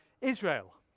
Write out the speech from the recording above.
Israel